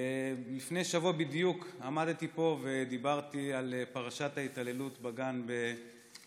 לפני שבוע בדיוק עמדתי פה ודיברתי על פרשת ההתעללות בגן ברמלה.